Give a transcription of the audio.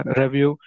review